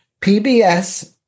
PBS